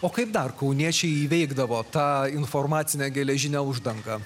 o kaip dar kauniečiai įveikdavo tą informacinę geležinę uždangą